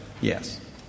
Yes